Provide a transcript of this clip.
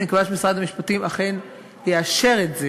אני מקווה שמשרד המשפטים אכן יאשר את זה